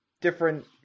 different